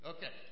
Okay